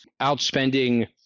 outspending